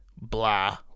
blah